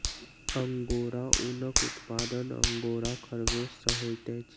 angora ऊनक उत्पादन angora खरगोश सॅ होइत अछि